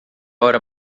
hora